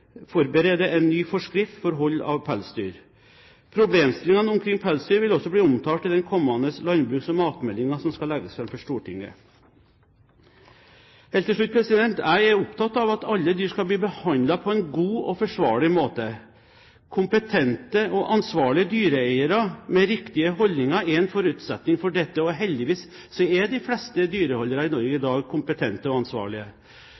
forberede en ny forskrift for hold av pelsdyr. Problemstillingene omkring pelsdyr vil også bli omtalt i den kommende landbruks- og matmeldingen som skal legges fram for Stortinget. Helt til slutt: Jeg er opptatt av at alle dyr skal bli behandlet på en god og forsvarlig måte. Kompetente og ansvarlige dyreeiere med riktige holdninger er en forutsetning for dette, og heldigvis er de fleste dyreholdere i Norge i dag kompetente og ansvarlige.